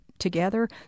together